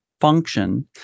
function